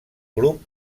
grup